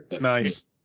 Nice